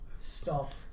Stop